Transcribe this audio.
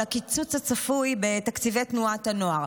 על הקיצוץ הצפוי בתקציבי תנועות הנוער.